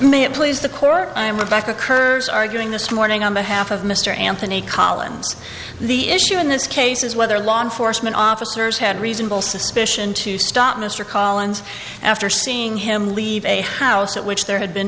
may it please the court i am rebecca curves arguing this morning on behalf of mr anthony collins the issue in this case is whether law enforcement officers had reasonable suspicion to stop mr collins after seeing him leave a house at which there had been